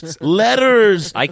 letters